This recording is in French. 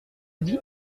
dit